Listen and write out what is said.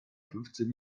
fünfzehn